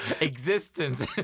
existence